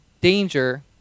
danger